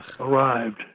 arrived